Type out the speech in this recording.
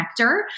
connector